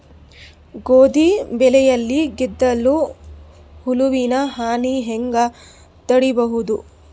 ಗೋಧಿ ಬೆಳೆಯಲ್ಲಿ ಗೆದ್ದಲು ಹುಳುವಿನ ಹಾನಿ ಹೆಂಗ ತಡೆಬಹುದು?